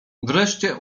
wreszcie